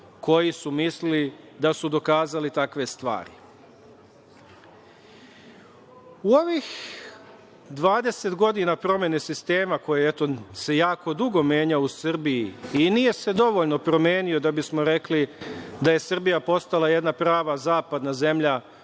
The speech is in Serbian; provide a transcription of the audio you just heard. koji su mislili da su dokazali takve stvari.U ovih 20 godina promene sistema, koji se jako dugo menjao u Srbiji i nije se dovoljno promenio da bismo rekli da je Srbija postala jedna prava zapadna zemlja